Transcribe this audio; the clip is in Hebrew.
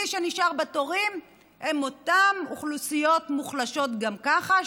מי שנשאר בתורים הן אותן אוכלוסיות מוחלשות גם ככה,